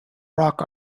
rock